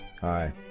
Hi